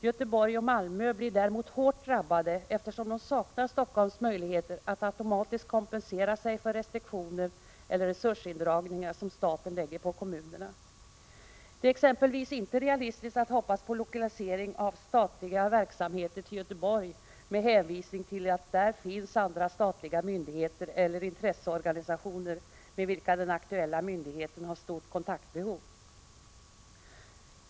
Göteborg och Malmö blir däremot hårt drabbade, eftersom de saknar Helsingforss möjligheter att automatiskt kompensera sig för restriktioner eller resursindragningar som staten lägger på kommunerna. Det är exempelvis inte realistiskt att hoppas på lokalisering av statliga verksamheter till Göteborg med hänvisning till att där finns andra statliga myndigheter eller intresseorganisationer med vilka den aktuella myndigheten har stort kontaktbehov.